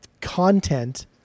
content